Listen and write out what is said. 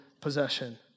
possession